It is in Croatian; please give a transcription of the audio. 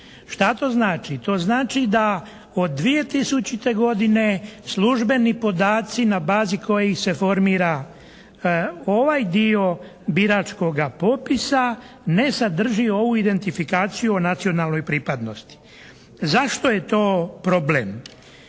Šta to znači? To znači da od 2000. godine službeni podaci na bazi kojih se formira ovaj dio biračkoga popisa ne sadrži ovu identifikaciju o nacionalnoj pripadnosti. Zašto je to problem?